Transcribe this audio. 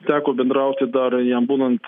teko bendrauti dar jam būnant